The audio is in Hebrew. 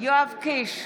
יואב קיש,